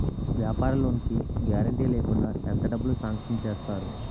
వ్యాపార లోన్ కి గారంటే లేకుండా ఎంత డబ్బులు సాంక్షన్ చేస్తారు?